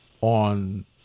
on